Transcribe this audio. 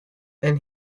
and